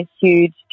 huge